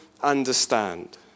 understand